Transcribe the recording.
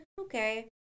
okay